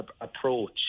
approach